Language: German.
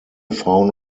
frauen